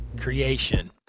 creation